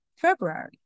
February